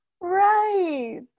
Right